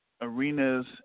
arenas